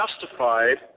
justified